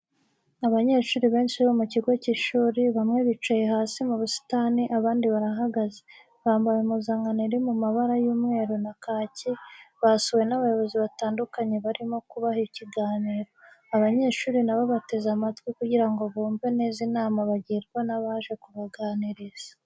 Abanyeshuri benshi bo mu kigo cy'ishuri, bamwe bicaye hasi mu busitani abandi barahagaze, bambaye impuzankano iri mu mabara y'umweru na kaki, basuwe n'abayobozi batandukanye barimo kubaha ikiganiro, abanyeshuri na bo bateze amatwi kugira ngo bumve neza inama bagirwa n'abaje kubaganiriza.